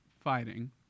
fighting